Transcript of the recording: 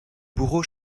bourreaux